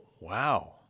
wow